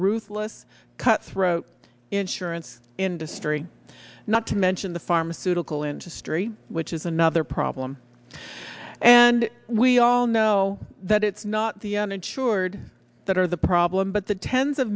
ruthless cut throat insurance industry not to mention the pharmaceutical industry which is another problem and we all know that it's not the uninsured that are the problem but the tens of